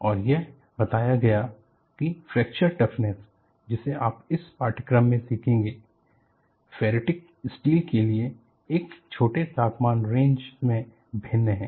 और यह बताया गया कि फ्रैक्चर टफनेस जिसे आप इस पाठ्यक्रम में सीखेंगे फेरिटिक स्टील्स के लिए एक छोटे तापमान रेंज मे भिन्न है